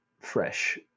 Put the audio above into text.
fresh